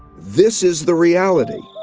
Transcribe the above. this is the reality.